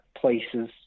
places